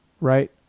right